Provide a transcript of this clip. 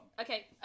Okay